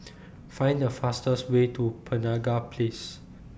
Find The fastest Way to Penaga Place